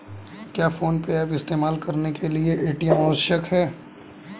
क्या PhonePe app इस्तेमाल करने के लिए ए.टी.एम आवश्यक है?